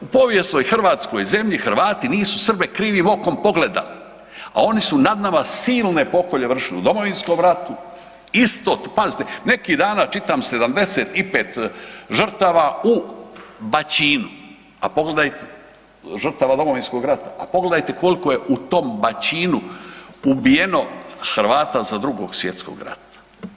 U povijesnoj hrvatskoj zemlji Hrvati nisu Srbe krivim okom pogledali, a oni su nad nama silne pokolje vršili u Domovinskom ratu, ... pazite, neki dana čitam, 75 žrtava u Baćinu, a pogledajte, žrtava Domovinskog rata, a pogledajte koliko je u tom Baćinu ubijeno Hrvata za II. svj. rata.